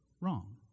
wrong